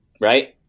right